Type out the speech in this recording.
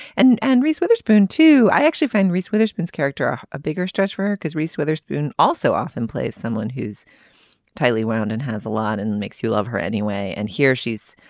and and reese witherspoon too i actually find reese witherspoon's character a bigger stretch work as reese witherspoon also often plays someone who's tightly wound and has a lot and makes you love her anyway. and here she is.